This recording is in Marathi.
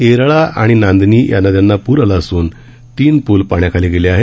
येरळा आणि नांदनी या नद्यांना पूर आला असून तीन पूल पाण्याखाली गेले आहेत